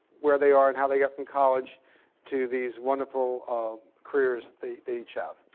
where they are, and how they get from college to these wonderful ah careers they they each have.